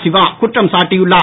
சிவா குற்றம் சாட்டியுள்ளார்